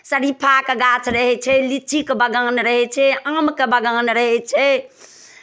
सरीफाके गाछ रहै छै लीचीके बगान रहै छै आमके बगान रहै छै